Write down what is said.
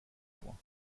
vor